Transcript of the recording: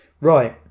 Right